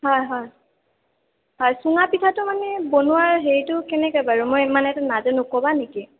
হয় হয় হয় চুঙা পিঠাটো মানে বনোৱাৰ হেৰিটো কেনেকে বাৰু মই মানে এইটো নাজানো ক'বা নেকি